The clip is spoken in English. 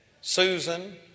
Susan